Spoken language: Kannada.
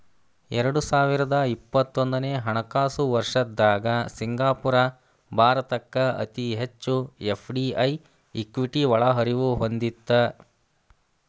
ಎರಡು ಸಾವಿರದ ಇಪ್ಪತ್ತೊಂದನೆ ಹಣಕಾಸು ವರ್ಷದ್ದಾಗ ಸಿಂಗಾಪುರ ಭಾರತಕ್ಕ ಅತಿ ಹೆಚ್ಚು ಎಫ್.ಡಿ.ಐ ಇಕ್ವಿಟಿ ಒಳಹರಿವು ಹೊಂದಿತ್ತ